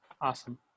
Awesome